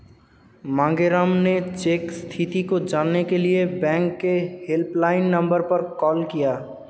मांगेराम ने चेक स्थिति को जानने के लिए बैंक के हेल्पलाइन नंबर पर कॉल किया